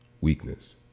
Weakness